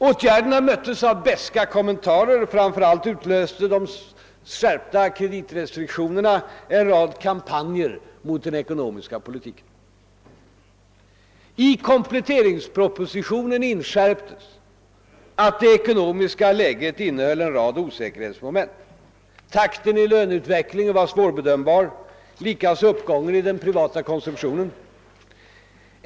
Åtgärderna möttes av beska kommentarer; framför allt utlöste de skärpta kreditrestriktionerna en rad kampan jer mot den ekonomiska politiken. I kompletteringspropositionen inskärptes att det ekonomiska läget innehöll en rad osäkerhetsmoment: takten i löneutvecklingen var svårbedömbar, likaså uppgången i den privata konsumtionen.